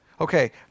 Okay